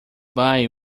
bye